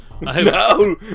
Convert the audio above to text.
No